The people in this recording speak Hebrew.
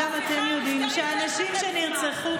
גם אתם יודעים שהנשים שנרצחו,